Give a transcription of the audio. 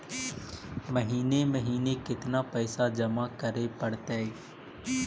महिने महिने केतना पैसा जमा करे पड़तै?